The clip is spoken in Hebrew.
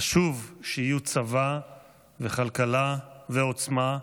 חשוב שיהיו צבא וכלכלה ועוצמה.